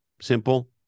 simple